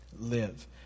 live